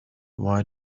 why